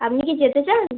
আপনি কি যেতে চান